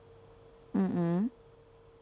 mm mm